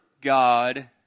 God